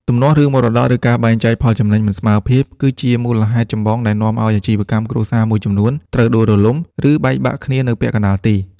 ទំនាស់រឿងមរតក ឬការបែងចែកផលចំណេញមិនស្មើភាព គឺជាមូលហេតុចម្បងដែលនាំឱ្យអាជីវកម្មគ្រួសារមួយចំនួនត្រូវដួលរលំ ឬបែកបាក់គ្នានៅពាក់កណ្ដាលទី។